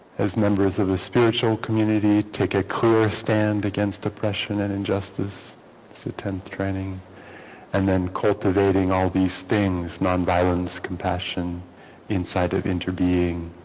as members of a spiritual community take a clear stand against oppression and injustice attend training and then cultivating all these things non-violence compassion inside of interbeing